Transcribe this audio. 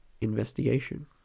investigation